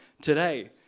today